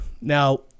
Now